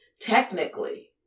technically